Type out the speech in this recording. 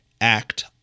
act